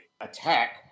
attack